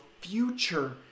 future